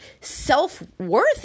self-worth